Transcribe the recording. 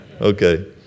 Okay